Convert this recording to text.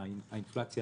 האינפלציה